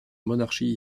monarchie